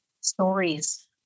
stories